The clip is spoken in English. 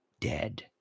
dead